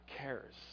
cares